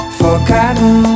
forgotten